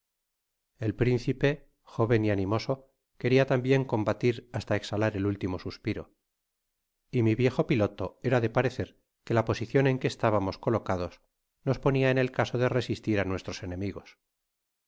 el principe joven y animoso queria tambien combatir hasta exhalar el último suspiro y mi viejo piloto era de parecer que la posicion en que estábamos colocados nos ponia en el caso de resistir nuestros enemigos